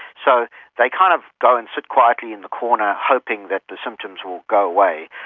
so they kind of go and sit quietly in the corner hoping that the symptoms will go away,